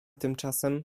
tymczasem